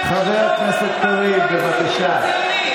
אחד לגבי הנושא של העמותות של המיסיון,